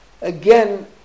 Again